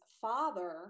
father